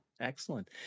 excellent